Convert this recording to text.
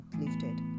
lifted